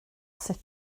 sut